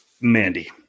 Mandy